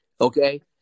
Okay